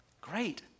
Great